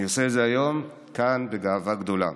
אני עושה את זה היום כאן בגאווה גדולה.